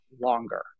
longer